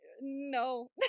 no